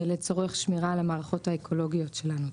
לצורך שמירה על המערכות האקולוגיות שלנו.